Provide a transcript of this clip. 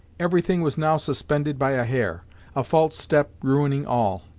everything was now suspended by a hair a false step ruining all.